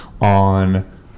on